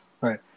Right